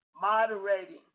moderating